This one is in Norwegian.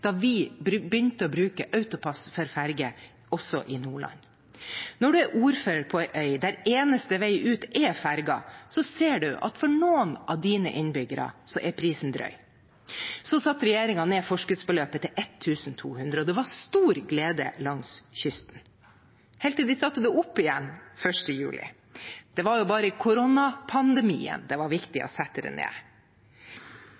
da vi begynte å bruke AutoPASS for ferge også i Nordland. Når man er ordfører på ei øy der ferge er den eneste veien ut, ser man at prisen er drøy for noen av innbyggerne. Så satte regjeringen forskuddsbeløpet ned til 1 200 kr, og det var stor glede langs kysten – helt til de satte det opp igjen 1. juli. Det var jo bare i koronapandemien det var viktig